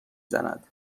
زند